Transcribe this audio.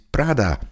Prada